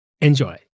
Enjoy